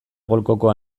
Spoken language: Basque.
golkoko